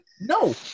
no